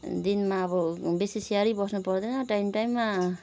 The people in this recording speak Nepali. दिनमा अब बेसी स्याहारिबस्न पर्दैन टाइम टाइममा